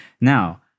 Now